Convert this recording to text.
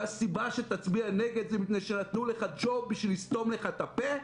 והסיבה שתצביע נגד היא מפני שנתנו לך ג'וב כדי לסתום לך את הפה,